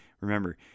remember